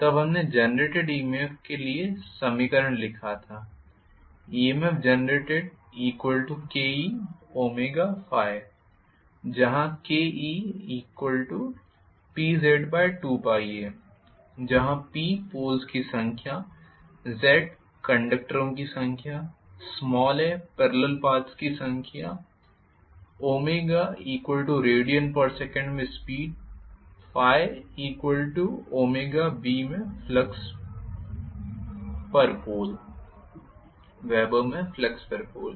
तब हमने generated EMF लिए समीकरण लिखा था Emf जेनरेटेडKeω∅ जहां KePZ2πa जहां P पोल्स की संख्या Zकंडक्टरों की संख्या a पेरलल पाथ्स की संख्या radsec में स्पीड ∅ wb में फ्लक्स प्रति पोल